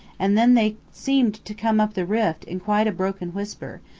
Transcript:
and then they seemed to come up the rift in quite a broken whisper,